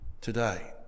today